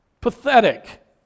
Pathetic